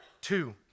Two